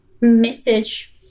message